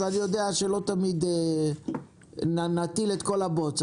אז אני יודע שלא תמיד נטיל את כל הבוץ.